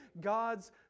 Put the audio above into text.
God's